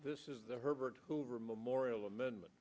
this is the herbert hoover memorial amendment